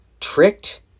tricked